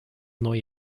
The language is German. neue